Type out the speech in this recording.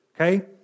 okay